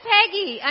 Peggy